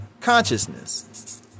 consciousness